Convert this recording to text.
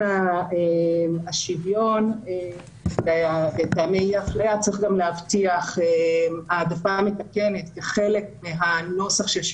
השוויון צריך להבטיח העדפה מתקנת בתוך הנוסח.